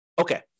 Okay